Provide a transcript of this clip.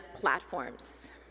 platforms